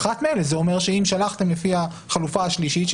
זה אומר שאם שלחתם לפי החלופה השלישית,